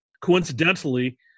Coincidentally